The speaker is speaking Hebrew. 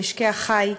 במשקי החי,